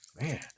Man